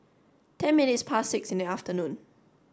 ten minutes past six in the afternoon